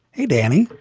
hey, danny.